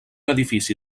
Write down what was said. edifici